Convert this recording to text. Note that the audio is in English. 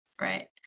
Right